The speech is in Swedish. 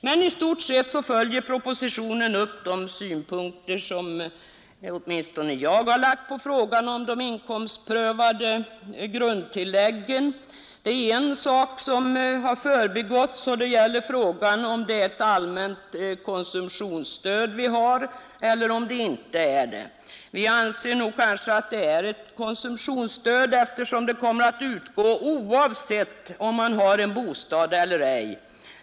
Men i stort sett följer propositionen upp de synpunkter som åtminstone jag lagt på frågan om de inkomstprövade grundtilläggen. Det är dock en sak som förbigåtts, nämligen frågan om bidraget är ett allmänt konsumtionsstöd eller icke. Vi anser att det är ett konsumtionsstöd eftersom det kommer att utgå oavsett om man har en bostad eller ej.